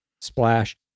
splash